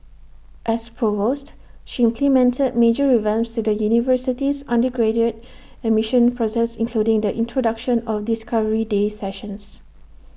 as provost she implemented major revamps to the university's undergraduate admission process including the introduction of discovery day sessions